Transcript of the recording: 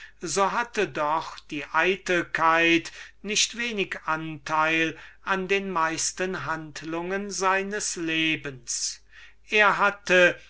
so hatte doch die eitelkeit nicht weniger anteil an den meisten handlungen seines lebens er hatte